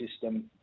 system